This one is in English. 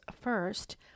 first